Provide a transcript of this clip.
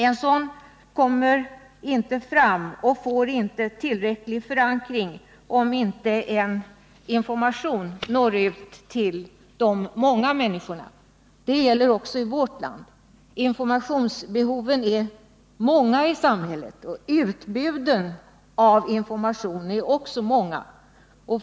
En sådan opinion kommer inte fram och får inte tillräcklig förankring om inte information når ut till de många människorna. Det gäller också i vårt land. Informationsbehoven är många i samhället, och utbuden av information är också talrika.